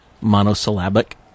monosyllabic